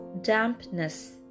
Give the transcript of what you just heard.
Dampness